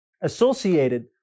associated